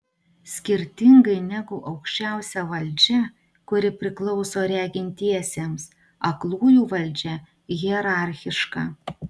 skirtingai negu aukščiausia valdžia kuri priklauso regintiesiems aklųjų valdžia hierarchiška